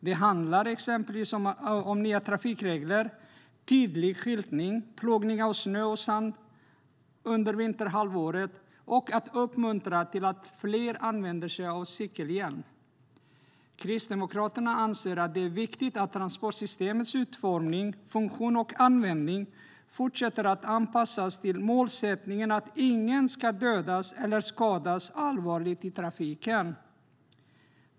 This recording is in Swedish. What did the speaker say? Det handlar exempelvis om trafikregler, tydlig skyltning, plogning av snö och sand under vinterhalvåret och att uppmuntra till att allt fler använder cykelhjälm. Kristdemokraterna anser att det är viktigt att transportsystemets utformning, funktion och användning fortsätter att anpassas till målsättningen att ingen ska dödas eller skadas allvarligt i trafiken.